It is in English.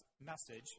message